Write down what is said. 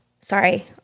Sorry